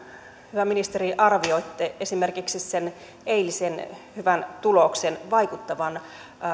hyvä ministeri arvioitte esimerkiksi sen eilisen hyvän tuloksen vaikuttavan